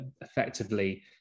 effectively